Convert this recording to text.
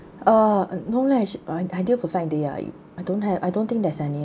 uh no leh sh~ ideal perfect day ah I don't have I don't think there's any